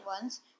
Ones